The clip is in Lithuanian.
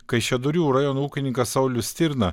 kaišiadorių rajono ūkininkas saulius stirna